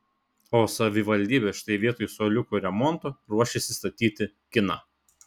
o savivaldybė štai vietoj suoliukų remonto ruošiasi statyti kiną